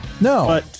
No